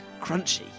crunchy